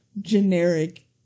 generic